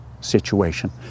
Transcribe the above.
situation